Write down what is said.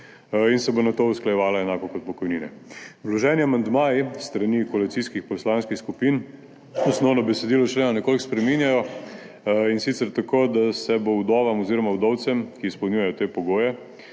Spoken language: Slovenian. in se bo nato usklajevala enako kot pokojnine. Vloženi amandmaji s strani koalicijskih poslanskih skupin osnovno besedilo člena nekoliko spreminjajo, in sicer tako, da se bo vdovam oziroma vdovcem, ki izpolnjujejo te pogoje,